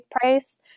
price